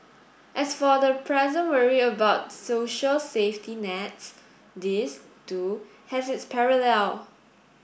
as for the present worry about social safety nets this too has its parallel